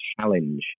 challenge